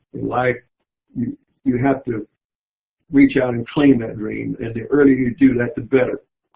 like you you have to reach out and claim that dream, and the earlier you do that the better.